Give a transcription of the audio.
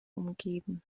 umgeben